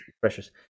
precious